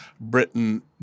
britain